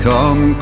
come